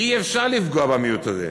אי-אפשר לפגוע במיעוט הזה.